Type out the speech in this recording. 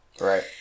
Right